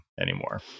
anymore